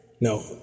No